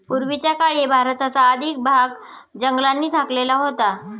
पूर्वीच्या काळी भारताचा अधिक भाग जंगलांनी झाकलेला होता